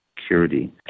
security